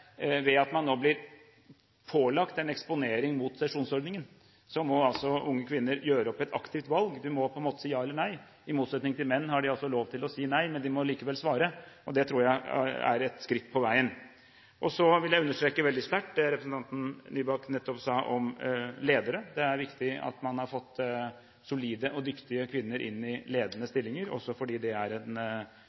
Ved at man nå blir pålagt en eksponering mot sesjonsordningen, må unge kvinner gjøre et aktivt valg, de må si ja eller nei. I motsetning til menn har de lov til å si nei, men de må likevel svare, og det tror jeg er et skritt på veien. Jeg vil understreke veldig sterkt det representanten Nybakk nettopp sa om ledere. Det er viktig at man har fått solide og dyktige kvinner inn i ledende stillinger, også fordi det er